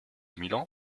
milan